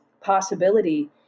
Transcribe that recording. possibility